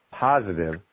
positive